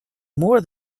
more